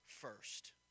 first